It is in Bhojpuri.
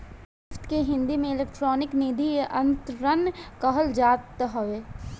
निफ्ट के हिंदी में इलेक्ट्रानिक निधि अंतरण कहल जात हवे